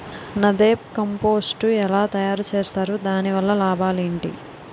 NADEP compost ఎలా తయారు చేస్తారు? దాని వల్ల లాభాలు ఏంటి?